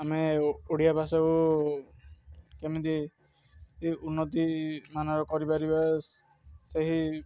ଆମେ ଓଡ଼ିଆ ଭାଷାକୁ କେମିତି ଉନ୍ନତିମାନର କରିପାରିବା ସେହି